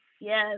Yes